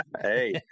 Hey